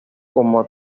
como